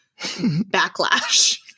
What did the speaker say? backlash